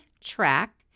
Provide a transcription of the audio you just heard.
track